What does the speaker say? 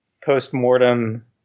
post-mortem